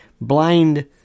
blind